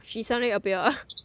she suddenly appear ah